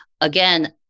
again